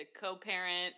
co-parent